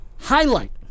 highlight